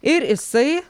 ir jisai